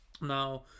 Now